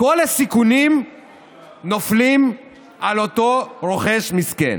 כל הסיכונים נופלים על אותו רוכש מסכן.